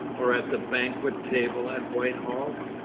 or at the banquet table at whitehall?